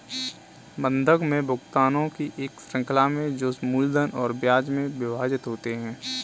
बंधक में भुगतानों की एक श्रृंखला में जो मूलधन और ब्याज में विभाजित होते है